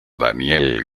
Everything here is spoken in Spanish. daniel